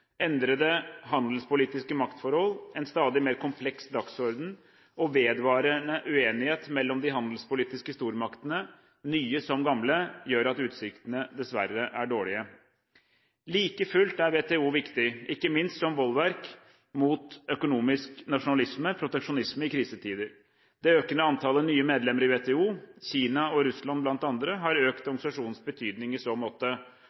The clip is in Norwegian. Endrede handelspolitiske maktforhold, en stadig mer kompleks dagsorden og vedvarende uenighet mellom de handelspolitiske stormaktene – nye som gamle – gjør at utsiktene dessverre er dårlige. Like fullt er WTO viktig, ikke minst som bolverk mot økonomisk nasjonalisme, proteksjonisme, i krisetider. Det økende antallet nye medlemmer i WTO, Kina og Russland bl.a., har økt organisasjonens betydning i så måte.